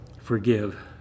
forgive